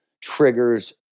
triggers